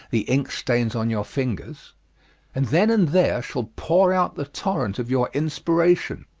the ink stains on your fingers and then and there shall pour out the torrent of your inspiration.